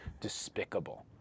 despicable